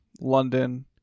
London